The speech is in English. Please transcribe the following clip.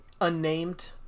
unnamed